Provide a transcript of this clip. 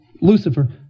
Lucifer